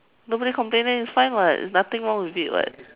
nobody complain then it's fine [what] nothing wrong with it [what]